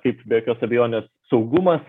kaip be jokios abejonės saugumas